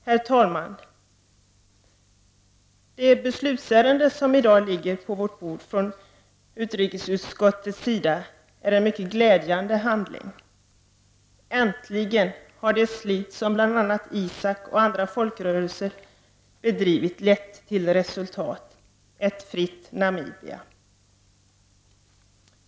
Herr talman! Det beslutsärende från utrikesutskottet som i dag ligger på vårt bord är en mycket glädjande handling. Äntligen har det slit som bl.a. ISAK och andra folkrörelser bedrivit lett till resultat — ett fritt Namibia.